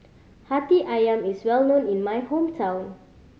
Hati Ayam is well known in my hometown